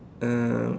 um